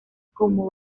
como